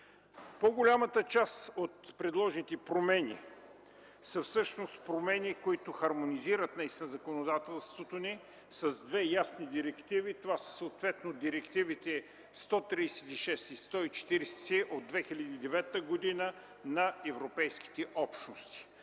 По-голямата част от предложените промени са всъщност промени, които хармонизират законодателството ни с две ясни директиви – съответно Директива 136 и Директива 140 от 2009 г. на Европейските общности.